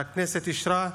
שהכנסת אישרה,